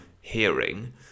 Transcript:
hearing